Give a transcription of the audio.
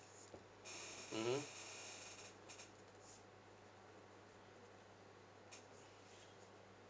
mmhmm